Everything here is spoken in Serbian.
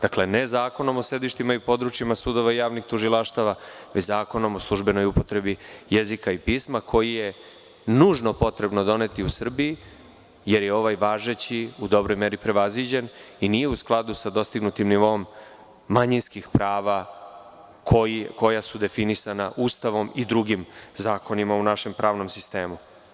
Dakle, ne Zakonom o sedištima i područjima sudova i javnih tužilaštava, već Zakonom o službenoj upotrebi jezika i pisma koji je nužno potrebno doneti u Srbiji, jer je ovaj važeći u dobroj meri prevaziđen i nije u skladu sa dostignutim nivoom manjinskih prava koja su definisana Ustavnom i drugim zakonima u našem pravnom sistemu.